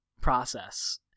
process